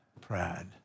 pride